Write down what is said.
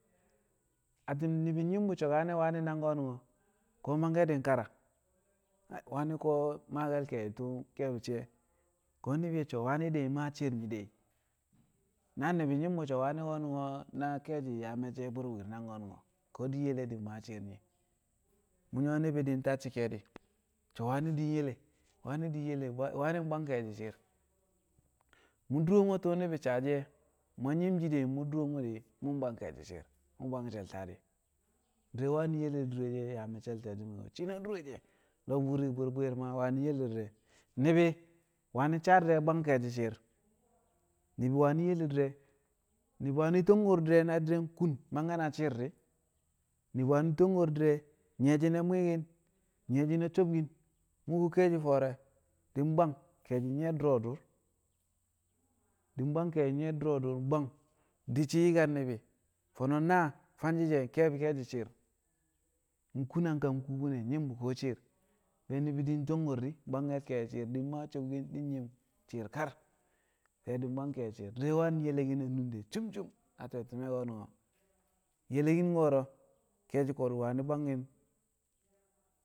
Atti̱n ni̱bi̱ nyi̱m bu̱ so̱ wani̱ nang ko̱nu̱n ko̱ mangke̱ di̱ kara wani̱ ko̱ maake̱l tu̱u̱ ke̱e̱bi̱ she̱ ko̱ ni̱bi̱ ye̱ so̱ wani̱ de̱ maashi̱ shi̱i̱r yi de̱ naa ni̱bi̱ nyi̱m bu̱ so̱ wani̱ ko̱ na ke̱e̱shi̱ yaa me̱cce̱ bwi̱i̱r bwi̱i̱r nang ko̱ ko̱ di̱ yele di̱ maa shi̱i̱r nyi mu̱ nyu̱wo̱ ni̱bi̱ di̱ tacci̱ ke̱e̱di̱ so̱ wani̱ di̱ yele wani̱ di̱ yele wani̱ bwang kẹe̱shi̱ shi̱ɪr mu̱ duro mo̱ tu̱u̱ ni̱bi̱ saa shi̱ e̱ mu̱ yang nyi̱m shi̱ mu̱ duro mo̱ mu̱ bwang ke̱e̱shi̱ shi̱i̱r mu̱ bwang she̱l taadɪ di̱re̱ wani̱ yele duro a yaa me̱cce̱l te̱ti̱me̱ shi̱ a dure she̱ lo̱b wu̱ri̱ bwi̱i̱r bwi̱i̱r re̱ ma, wani̱ yele di̱re̱ ni̱bi̱ wani̱ sa di̱re̱ bwang ke̱e̱shi̱ shi̱i̱r ni̱bi̱ wani̱ yele di̱re̱ ni̱bi̱ wani̱ to̱ngko̱r di̱re̱ na di̱re̱ kun mangke̱ na shi̱i̱r di̱ ni̱bi̱ wani̱ to̱ngko̱r di̱re̱ nyi̱ye̱ shi̱ne̱ mwi̱i̱ki̱n nyi̱ye̱ shi̱ne̱ sobkin, mu̱ kuwo ke̱e̱shi̱ fo̱o̱re̱ di̱ bwang ke̱e̱shi̱ nye̱ du̱ro̱ di̱ bwang ke̱e̱shi̱ nye̱ du̱ro̱ dur bwang di̱ shi̱ yi̱kar ni̱bi̱ fo̱no̱ naa fanshi̱ she̱ ke̱e̱bi̱ ke̱e̱shi̱ shi̱i̱r kun a kam kubine nyi̱m bu̱ ko̱ shi̱i̱r be̱ ni̱bi̱ di̱ to̱ngko̱r di̱ bwangke̱l ke̱e̱shi̱ shi̱i̱r di̱ maa sobkin di̱ nyi̱m shi̱i̱r kar be̱ di̱ bwang ke̱e̱shi̱ shi̱i̱r, di̱re̱ wani̱ yelekin a nunde cum cum a te̱ti̱me̱ ko̱nu̱n yelekin ko̱ro̱ ke̱e̱shi̱ ko̱du̱ wani̱ bwangki̱n.